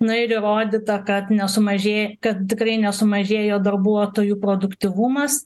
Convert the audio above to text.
na ir įrodyta kad nesumažė kad tikrai nesumažėjo darbuotojų produktyvumas